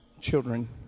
children